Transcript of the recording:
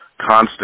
constant